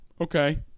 Okay